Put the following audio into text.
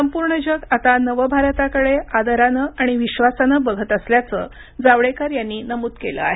संपूर्ण जग आता नव भारताकडे आदरानं आणि विश्वासानं बघत असल्याचं जावडेकर यांनी नमूद केलं आहे